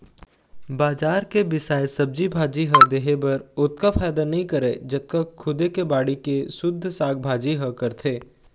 बजार के बिसाए सब्जी भाजी ह देहे बर ओतका फायदा नइ करय जतका खुदे के बाड़ी के सुद्ध साग भाजी ह करथे